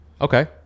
Okay